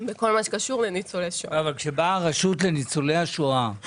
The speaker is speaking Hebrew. בכל מה שקשור לניצולי שואה.